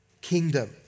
kingdom